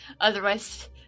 Otherwise